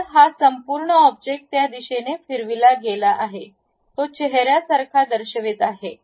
तर हा संपूर्ण ऑब्जेक्ट त्या दिशेने फिरविला गेला तो चेहर्या सारखा दर्शवित आहे